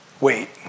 Wait